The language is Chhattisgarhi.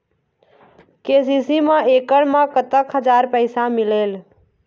के.सी.सी मा एकड़ मा कतक हजार पैसा मिलेल?